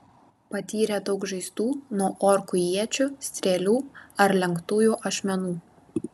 patyrė daug žaizdų nuo orkų iečių strėlių ar lenktųjų ašmenų